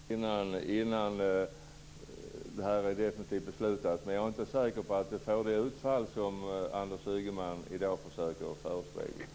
Fru talman! Jag vill avvakta den här affären, till det här definitivt är beslutat. Men jag är inte säker på att det här får det utfall som Anders Ygeman i dag försöker förespegla.